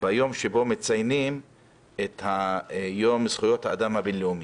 ביום שבו מציינים את יום זכויות האדם הבין-לאומי.